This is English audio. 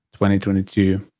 2022